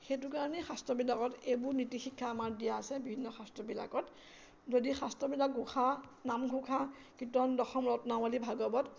সেইটো কাৰণেই শাস্ত্ৰবিলাকত এইবোৰ নীতিশিক্ষা আমাৰ দিয়া আছে বিভিন্ন শাস্ত্ৰবিলাকত যদি শাস্ত্ৰবিলাক ঘোষা নামঘোষা কীৰ্তন দশম ৰত্নাৱলী ভাগৱত